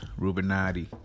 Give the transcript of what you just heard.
Rubenati